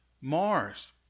Mars